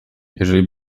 jeżeli